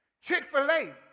Chick-fil-A